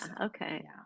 Okay